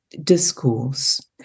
discourse